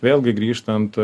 vėlgi grįžtant